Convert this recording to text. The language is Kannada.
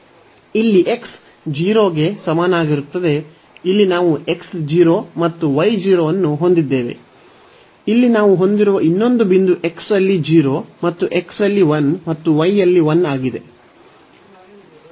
ಇಲ್ಲಿ x 0 ಗೆ ಸಮನಾಗಿರುತ್ತದೆ ಇಲ್ಲಿ ನಾವು x0 ಮತ್ತು y0 ಅನ್ನು ಹೊಂದಿದ್ದೇವೆ ಇಲ್ಲಿ ನಾವು ಹೊಂದಿರುವ ಇನ್ನೊಂದು ಬಿಂದು x ಅಲ್ಲಿ 0 ಮತ್ತು x ಅಲ್ಲಿ 1 ಮತ್ತು y ಅಲ್ಲಿ 1 ಆಗಿದೆ